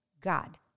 God